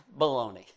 Baloney